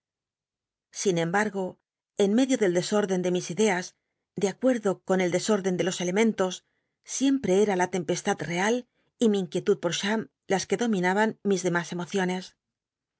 sin embargo en medio del desórden de mi ideas de acuerdo con el desórdcn de los elementos siempre era la tempestad real y mi inquietud por cbam las que dominaban mis lemas emociones